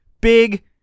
big